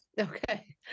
Okay